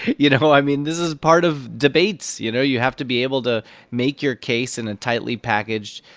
you know, i mean, this is part of debates. you know, you have to be able to make your case in a tightly packaged,